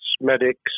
medics